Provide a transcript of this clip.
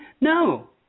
No